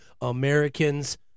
Americans